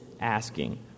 asking